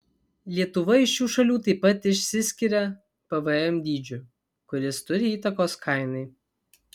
lietuva iš šių šalių taip pat išsiskiria pvm dydžiu kuris turi įtakos kainai